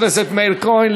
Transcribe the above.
חבר הכנסת מאיר כהן,